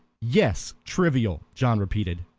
yes, trivial, john repeated.